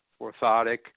orthotic